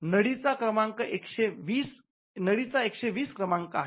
नळी चा १२० क्रमांक आहे